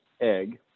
egg